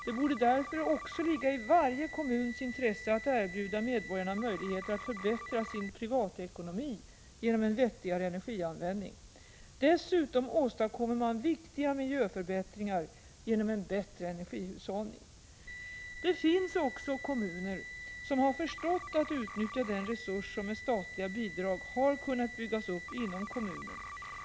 Det borde därför också ligga i varje kommuns intresse att erbjuda medborgarna möjligheter att förbättra sin privatekonomi genom en vettigare energianvändning. Dessutom åstadkommer man viktiga miljöförbättringar genom en bättre energihushållning. Det finns också kommuner som har förstått att utnyttja den resurs som med statliga bidrag har kunnat byggas upp inom kommunen.